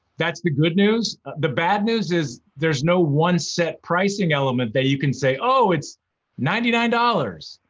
that's the good news. the bad news is there's no one set pricing element that you can say, oh, it's ninety nine dollars,